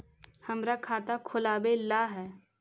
हमरा खाता खोलाबे ला है?